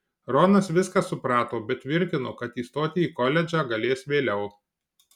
ronas viską suprato bet tvirtino kad įstoti į koledžą galės vėliau